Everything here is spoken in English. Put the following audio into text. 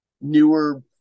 Newer